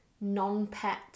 non-pet